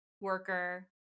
worker